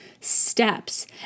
steps